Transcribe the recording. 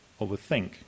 overthink